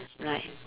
right